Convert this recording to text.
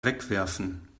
wegwerfen